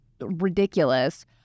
ridiculous